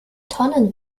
tonnen